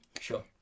Sure